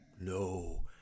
No